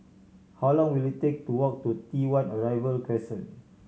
how long will it take to walk to T One Arrival Crescent